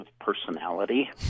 personality